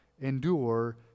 endure